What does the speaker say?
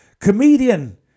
comedian